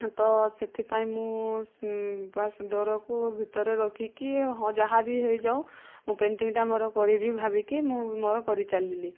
ତ ସେଥିପାଇଁ ମୁଁ ବା ଡରକୁ ଭିତରେ ରଖିକି ହଁ ଯାହାବି ହୋଇଯାଉ ମୁଁ ପେଣ୍ଟିଙ୍ଗ୍ଟା ମୋର କରିବି ଭାବିକି ମୁଁ ମୋର କରି ଚାଲିଲି